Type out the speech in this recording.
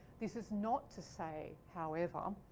this is not to say, however,